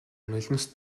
нулимс